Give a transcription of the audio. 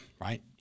right